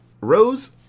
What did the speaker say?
Rose